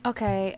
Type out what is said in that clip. Okay